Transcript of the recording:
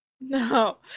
No